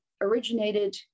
originated